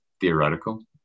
theoretical